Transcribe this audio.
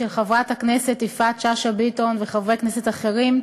של חברת הכנסת יפעת שאשא ביטון וחברי כנסת אחרים,